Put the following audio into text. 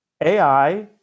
AI